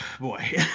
boy